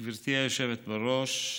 גברתי היושבת-ראש,